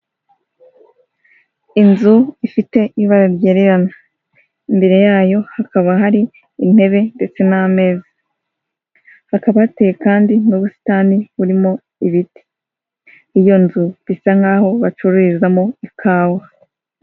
Inzu ifite ibara ryererana, imbere yayo hakaba hari intebe ndetse n'ameza, hakabateye kandi n'ubusitani burimo ibiti, iyo nzu bisa nkaho bacururizamo ikawa.